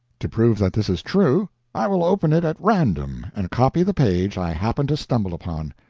to prove that this is true, i will open it at random and copy the page i happen to stumble upon.